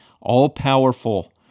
all-powerful